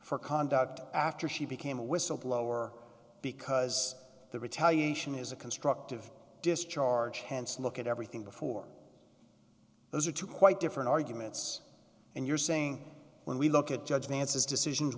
for conduct after she became a whistleblower because the retaliation is a constructive discharge hence look at everything before those are two quite different arguments and you're saying when we look at judge dances decisions